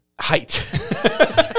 height